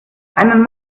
einen